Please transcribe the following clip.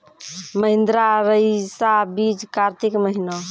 महिंद्रा रईसा बीज कार्तिक महीना?